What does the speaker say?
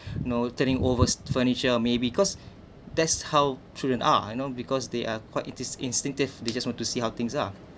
you know turning overs furniture maybe because that's how true and are you know because they are quite insti~ instinctive they just want to see how things are